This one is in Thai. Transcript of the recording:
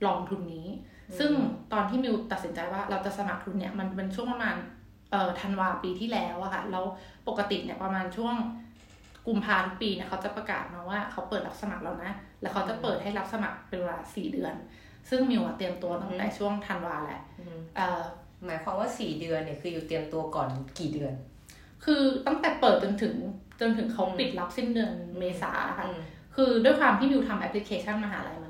ลองทุนนี้ ซึ่งอืมตอนที่มิวตัดสินใจว่าเราจะสมัครทุนเนี่ยมันเป็นช่วงประมาณเอ่อธันวาปีที่แล้วอะค่ะ แล้วปกติเนี่ยประมาณช่วงกุมภาพันธ์ปีเนี่ยเขาจะประกาศมาว่าเขาเปิดรับสมัครแล้วนะ แล้วเขาจะเปิดให้รับสมัครเป็นเวลาสี่เดือน ซึ่งมิวอะเตรียมตัวตั้งแต่อืมช่วงธันวาแหละอืมเอ่อหมายความว่าสี่เดือนเนี่ยคืออยู่เตรียมตัวก่อนกี่เดือน?คือตั้งแต่เปิดจนถึง- จนถึงเขาปิดอืมรับสิ้นเดือนเมษาอะค่ะอืมคือด้วยความที่มิวทำแอปพลิเคชันมหาลัยอะ